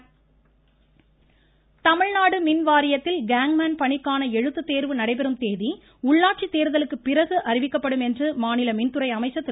சூசூசூ தங்கமணி தமிழ்நாடு மின்வாரியத்தில் கேங்மேன் பணிக்கான எழுத்து தேர்வு நடைபெறும் தேதி உள்ளாட்சி தேர்தலுக்குப்பிறகு அறிவிக்கப்படும் என்று மாநில மின்துறை அமைச்சர் திரு